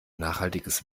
nachhaltiges